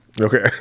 Okay